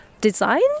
design